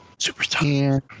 Superstar